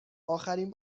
آخرین